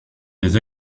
des